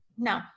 No